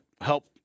help